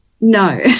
no